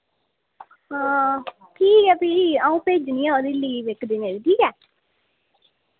हां ठीक ऐ फ्ही अ'ऊं भेजनी आं ओह्दी लीव इक्क दिनै दी ठीक ऐ